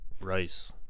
Rice